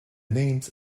names